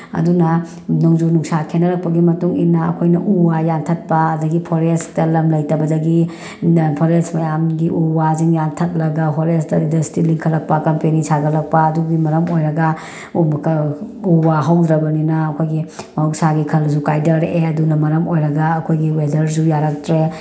ꯑꯗꯨꯅ ꯅꯣꯡꯖꯨ ꯅꯨꯡꯁꯥ ꯈꯦꯠꯅꯔꯛꯄꯒꯤ ꯃꯇꯨꯡꯏꯟꯅ ꯑꯩꯈꯣꯏꯅ ꯎꯋꯥ ꯌꯥꯟꯊꯠꯄ ꯑꯗꯒꯤ ꯐꯣꯔꯦꯁꯇ ꯂꯝ ꯂꯩꯇꯕꯗꯒꯤ ꯐꯣꯔꯦꯁ ꯃꯌꯥꯝꯒꯤ ꯎ ꯋꯥꯁꯤꯡ ꯌꯥꯟꯊꯠꯂꯒ ꯐꯣꯔꯦꯁꯇ ꯏꯅꯗꯁꯇ꯭ꯔꯤ ꯂꯤꯡꯈꯠꯂꯛꯄ ꯀꯝꯄꯦꯅꯤ ꯁꯥꯒꯠꯂꯛꯄ ꯑꯗꯨꯒꯤ ꯃꯔꯝ ꯑꯣꯏꯔꯒ ꯎ ꯋꯥ ꯍꯧꯗ꯭ꯔꯕꯅꯤꯅ ꯑꯩꯈꯣꯏꯒꯤ ꯃꯍꯧꯁꯥꯒꯤ ꯈꯜꯁꯨ ꯍꯥꯏꯗꯔꯛꯑꯦ ꯑꯗꯨꯅ ꯃꯔꯝ ꯑꯣꯏꯔꯒ ꯑꯩꯈꯣꯏꯒꯤ ꯋꯦꯗꯔꯁꯨ ꯌꯥꯔꯛꯇ꯭ꯔꯦ